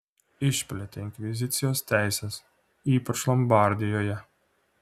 išplėtė inkvizicijos teises ypač lombardijoje